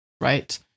right